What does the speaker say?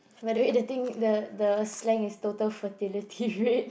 by the thing the the slang is total fertility rate